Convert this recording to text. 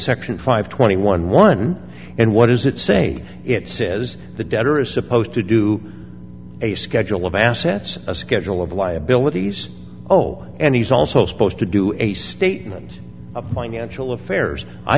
section five twenty one one and what does it say it says the debtor is supposed to do a schedule of assets a schedule of liabilities oh and he's also supposed to do a statement of mine actual affairs i